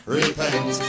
repent